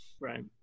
Right